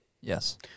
Yes